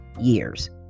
years